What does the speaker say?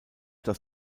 das